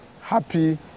happy